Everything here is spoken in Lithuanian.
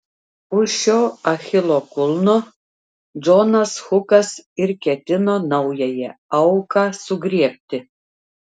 už šio achilo kulno džonas hukas ir ketino naująją auką sugriebti